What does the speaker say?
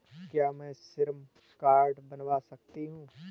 क्या मैं श्रम कार्ड बनवा सकती हूँ?